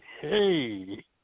Hey